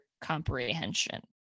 comprehension